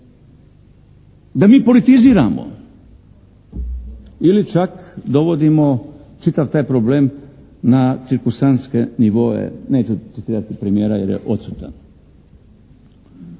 Da mi politiziramo ili čak dovodimo čitav taj problem na cirkusantske nivoe, neću citirati premijera jer je odsutan.